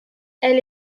elle